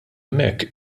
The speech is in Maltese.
hemmhekk